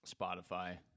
Spotify